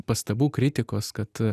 pastabų kritikos kad